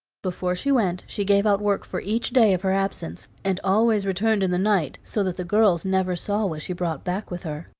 before she went she gave out work for each day of her absence, and always returned in the night, so that the girls never saw what she brought back with her,